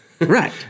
Right